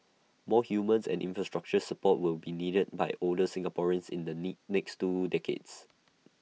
more humans and infrastructural support will be needed by older Singaporeans in the next two decades